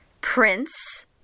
Prince